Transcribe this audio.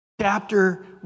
Chapter